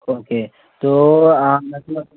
okay तो आप मतलब